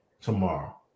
tomorrow